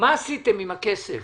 מה עשיתם עם הכסף